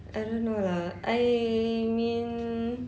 I don't know lah I mean